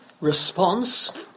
response